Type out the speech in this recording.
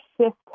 Shift